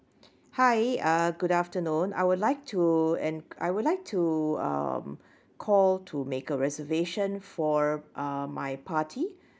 hi uh good afternoon I would like to en~ I would like to um call to make a reservation for uh my party